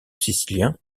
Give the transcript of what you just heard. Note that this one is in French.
sicilien